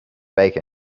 bacon